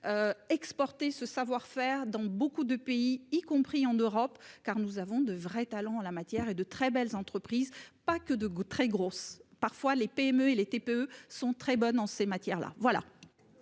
Exporter ce savoir-faire dans beaucoup de pays y compris en Europe car nous avons de vrais talents en la matière et de très belles entreprises pas que de goût très grosse parfois les PME et les TPE sont très bonnes en ces matières là voilà.